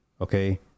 Okay